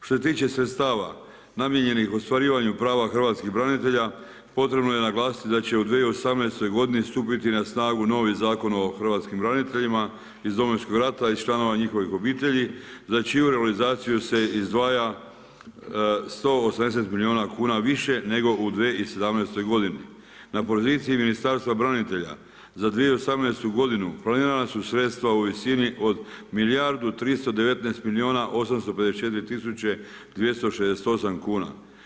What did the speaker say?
Što se tiče sredstava namijenjenih ostvarivanju prava hrvatskih branitelja potrebno je naglasiti da će u 2018. g. stupiti na snagu novi Zakon o hrvatskim braniteljima iz Domovinskog rata i članova njihovih obitelji, za čiju realizaciju se izdvaja 180 milijuna kuna više nego u 2017. g. Na poziciji Ministarstva branitelja, za 2018. planirana su sredstva u visini od milijardu 319 milijuna 854 tisuće 268 kuna.